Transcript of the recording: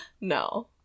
No